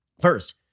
First